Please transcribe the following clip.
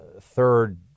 third